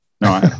No